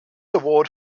award